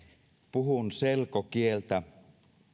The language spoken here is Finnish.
puhun selkokieltä